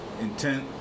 intent